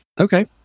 Okay